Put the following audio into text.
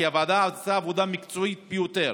כי הוועדה עשתה עבודה מקצועית ביותר.